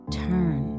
turn